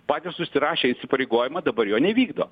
patys susirašė įsipareigojimą dabar jo nevykdo